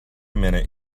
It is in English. minute